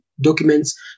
documents